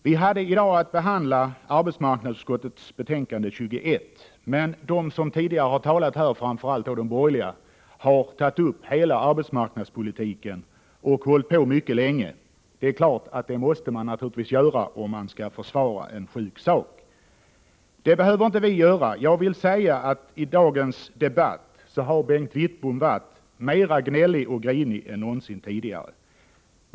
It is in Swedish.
Vi har i dag att behandla arbetsmarknadsutskottets betänkande 21. Men de som tidigare har talat här — framför allt företrädarna för de borgerliga partierna — har tagit upp hela arbetsmarknadspolitiken och hållit på med det mycket länge. Det är klart att man måste göra så om man skall försvara en sjuk sak. Det behöver inte vi göra. Jag vill säga att Bengt Wittbom i dagens debatt har varit gnälligare och grinigare än någonsin tidigare.